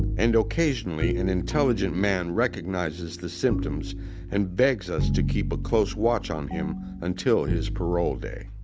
and occasionally an intelligent man recognizes the symptoms and begs us to keep a close watch on him until his parole day.